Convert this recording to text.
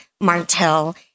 Martell